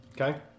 Okay